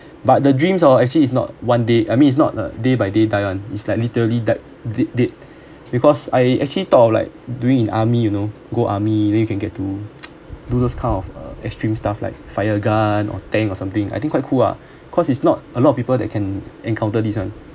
but the dreams oh actually it's not one day I mean it's not a day by day die [one] is like literally died dead dead because I actually thought of like doing in army you know go army then you can get to do those kind of uh extreme stuff like fire a gun or tank or something I think quite cool ah because it's not a lot of people that can encounter this one